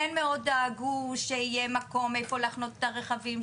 כן מאוד דאגו שיהיה מקום לחנות את הרכבים,